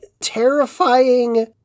terrifying